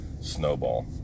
snowball